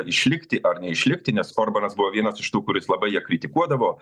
išlikti ar neišlikti nes orbanas buvo vienas iš tų kuris labai ją kritikuodavo